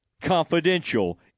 confidential